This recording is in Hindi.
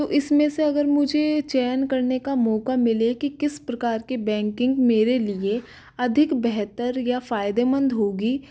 तो इसमें से अगर मुझे चयन करने का मौका मिले कि किस प्रकार की बैंकिंग मेरे लिए अधिक बेहतर या फायदेमंद होगी